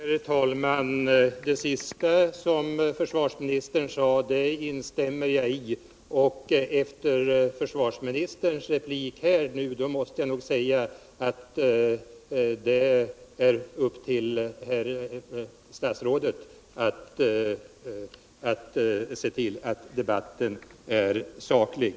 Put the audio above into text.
Herr talman! Det sista som försvarsministern sade instämmer jag i, men efter försvarsministerns replik måste jag nog säga att det ankommer på statsrådet att se till att debatten blir saklig.